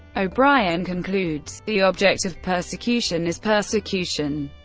o'brien concludes the object of persecution is persecution.